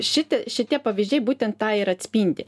šitie šitie pavyzdžiai būtent tą ir atspindi